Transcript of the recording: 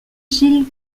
gilles